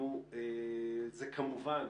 זה כמובן